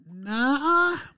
Nah